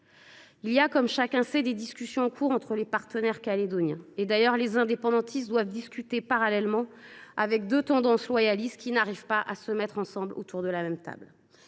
Il y a, comme chacun sait, des discussions en cours entre les partenaires calédoniens. D’ailleurs, les indépendantistes doivent discuter parallèlement avec deux tendances loyalistes qui refusent de négocier ensemble. Les indépendantistes